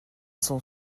sont